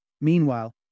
Meanwhile